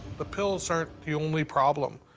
the pills aren't the only problem.